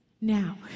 Now